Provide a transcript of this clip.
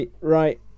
Right